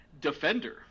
Defender